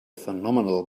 phenomenal